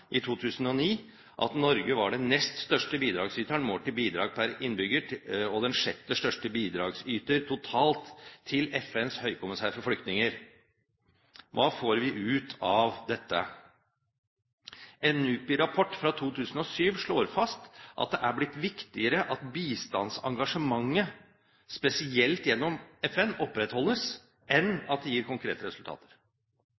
i 2009 at Norge var den nest største bidragsyteren målt i bidrag per innbygger og den sjette største bidragsyter totalt til FNs høykommissær for flyktninger Hva får vi ut av dette? En NUPI-rapport fra 2007 slår fast at det er blitt viktigere at bistandsengasjementet, spesielt gjennom FN, opprettholdes